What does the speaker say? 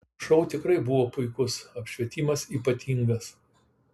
šou tikrai buvo puikus apšvietimas ypatingas